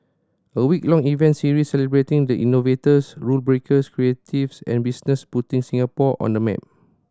a week long event series celebrating the innovators rule breakers creatives and business putting Singapore on the map